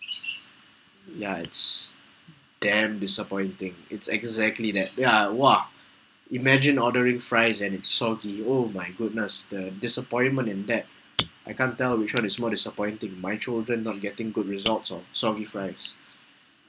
ya it's damn disappointing it's exactly that ya !wah! imagine ordering fries and it's soggy oh my goodness the disappointment in that I can't tell which one is more disappointing my children not getting good results or soggy fries